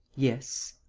yes.